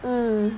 mm